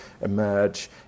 emerge